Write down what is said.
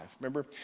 Remember